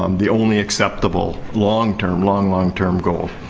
um the only acceptable long term, long long term, goal.